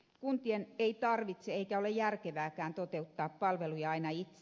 kuntien ei tarvitse eikä ole järkevääkään toteuttaa palveluja aina itse